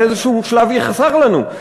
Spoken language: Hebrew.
באיזשהו שלב יחסר לנו,